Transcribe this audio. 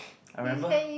I remember